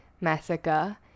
Massacre